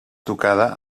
tocada